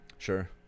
sure